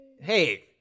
Hey